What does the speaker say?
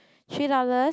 three dollars